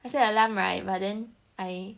I set alarm [right] but then I